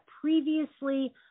previously